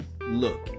look